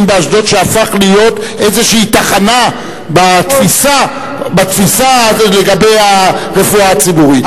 באשדוד שהפך להיות איזושהי תחנה בתפיסה לגבי הרפואה הציבורית.